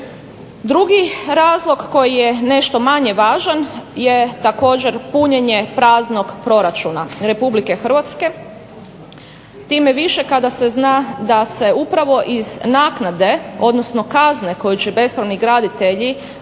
Drugi razlog koji je nešto manje važan je također punjenje praznog proračuna RH, time više kada se zna da se upravo iz naknade odnosno kazne koji će bespravni graditelji